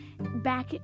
back